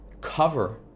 cover